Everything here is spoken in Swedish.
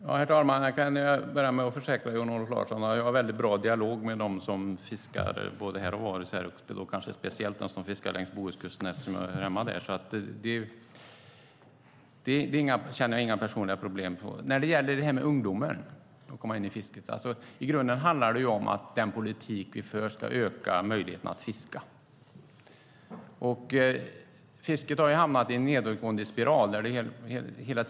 Herr talman! Jag kan börja med att försäkra Jan-Olof Larsson att jag har en väldigt bra dialog med dem som fiskar både här och var, och kanske speciellt med dem som fiskar längs Bohuskusten eftersom jag hör hemma där. Där känner jag inga personliga problem. Att få ungdomen att komma in i fisket handlar i grunden om att den politik vi för ska öka möjligheten att fiska. Fisket har hamnat i en nedåtgående spiral.